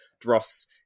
dross